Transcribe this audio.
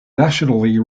nationally